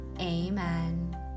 amen